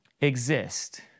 exist